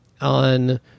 on